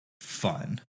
fun